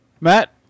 Matt